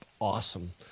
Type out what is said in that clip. awesome